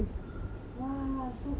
!wah! so cute leh